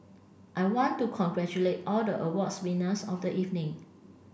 I want to congratulate all the awards winners of the evening